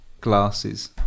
glasses